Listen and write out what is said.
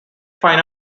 fine